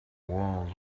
walls